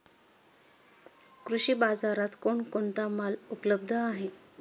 कृषी बाजारात कोण कोणता माल उपलब्ध आहे?